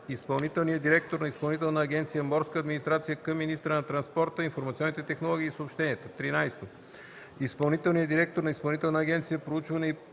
изпълнителният директор на Изпълнителна агенция „Морска администрация" към министъра на транспорта, информационните технологии и съобщенията;